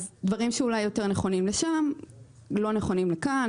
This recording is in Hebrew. אלה דברים שאולי יותר נכונים לשם ולא נכונים לכאן,